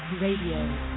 Radio